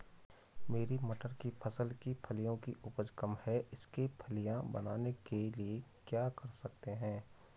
मेरी मटर की फसल की फलियों की उपज कम है इसके फलियां बनने के लिए क्या कर सकते हैं?